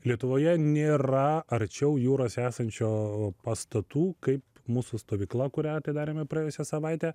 lietuvoje nėra arčiau jūros esančio pastatų kaip mūsų stovykla kurią darėme praėjusią savaitę